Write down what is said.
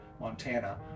Montana